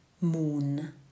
moon